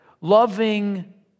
loving